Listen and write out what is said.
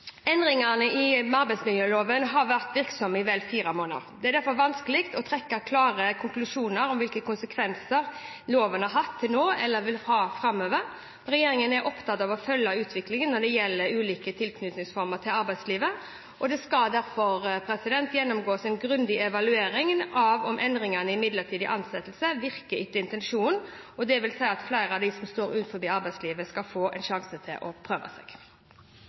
derfor vanskelig å trekke klare konklusjoner om hvilke konsekvenser loven har hatt til nå eller vil få framover. Regjeringen er opptatt av å følge utviklingen når det gjelder ulike tilknytningsformer til arbeidslivet. Det skal derfor gjennomføres en grundig evaluering av om endringene i midlertidig ansettelse virker etter intensjonen. Det vil si at flere av dem som står utenfor arbeidslivet, skal få en sjanse til å prøve seg.